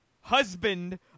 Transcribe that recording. husband